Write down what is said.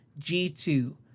G2